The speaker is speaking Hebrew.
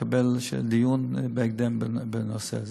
לקבל דיון בהקדם בנושא זה.